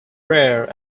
rare